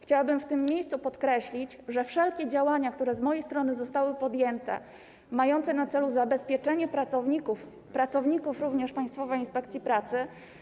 Chciałabym w tym miejscu podkreślić wszelkie działania, które z mojej strony zostały podjęte, mające na celu zabezpieczenie pracowników, również pracowników Państwowej Inspekcji Pracy.